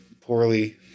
poorly